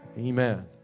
amen